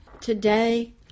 Today